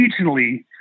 regionally